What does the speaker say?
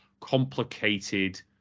complicated